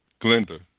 Glenda